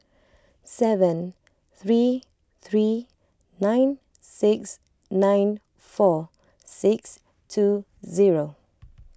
seven three three nine six nine four six two zero